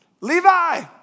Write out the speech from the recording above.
Levi